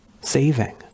saving